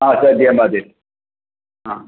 ആ സദ്യ മതി ആ